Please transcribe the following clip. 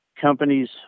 companies